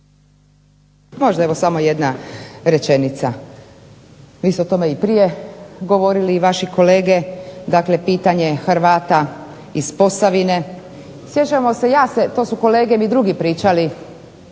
Može evo samo jedna rečenica. Vi ste o tome i prije govorili i vaši kolege, dakle pitanje Hrvata iz Posavine. Sjećamo se, ja se, to su kolege mi drugi pričali,